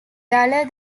duller